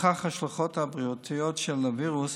נוכח ההשלכות הבריאותיות של הווירוס,